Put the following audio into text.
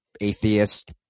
atheist